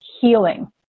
healing